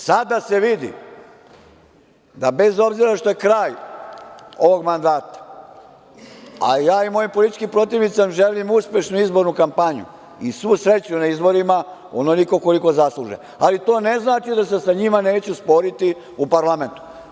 Sada se vidi da bez obzira što je kraj ovog mandata, a ja i moji političkim protivnicima želim uspešnu izbornu kampanju i svu sreću na izborima onoliko koliko zasluže, ali to ne znači da se sa njima neću sporiti u parlamentu.